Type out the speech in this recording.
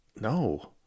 No